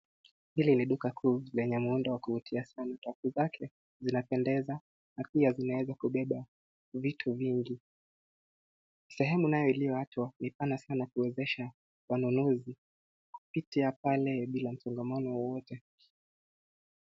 Hili ni duka kuu lenye muundo wa kuvutia sana. Rafu zake zinapendeza na pia zinaweza kubeba vitu vingi .Sehemu nayo iliyoachwa ni pana sana kuwezesha wanunuzi kupitia pale bila msongamano wowote.